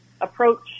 approach